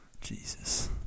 Jesus